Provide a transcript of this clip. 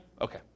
Okay